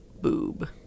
boob